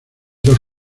dos